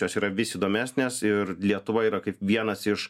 jos yra vis įdomesnės ir lietuva yra kaip vienas iš